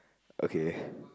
okay